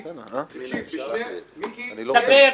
תודה,